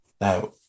Now